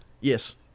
Yes